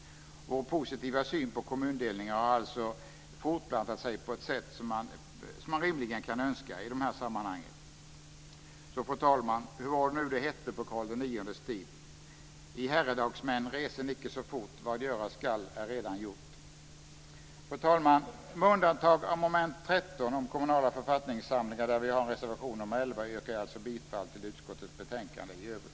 Vår positiva syn på kommundelningar har alltså fortplantat sig på det sätt som man rimligen kan önska i de här sammanhangen. Fru talman! Hur var det nu det hette på Karl IX:s tid? Vad göras skall är redan gjort. I herredagsmän reser icke så fort! Fru talman! Med undantag av moment 13 om kommunala författningssamlingar, där vi har en reservation nr 11, yrkar jag alltså bifall till hemställan i utskottets betänkande i övrigt.